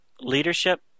leadership